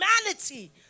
humanity